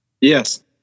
Yes